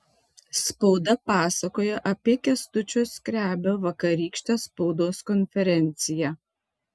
spauda pasakoja apie kęstučio skrebio vakarykštę spaudos konferenciją